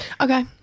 Okay